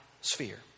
sphere